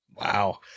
Wow